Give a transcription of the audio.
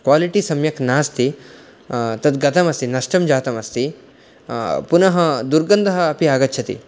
quality सम्यक् नास्ति तद्गतम् अस्ति नष्टं जातम् अस्ति पुनः दुर्गन्धः अपि आगच्छति